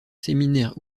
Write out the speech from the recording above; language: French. séminaire